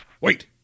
Wait